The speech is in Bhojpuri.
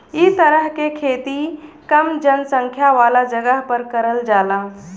इ तरह के खेती कम जनसंख्या वाला जगह पर करल जाला